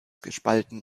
gespalten